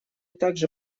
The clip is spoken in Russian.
также